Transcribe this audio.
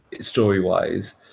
Story-wise